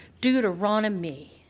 Deuteronomy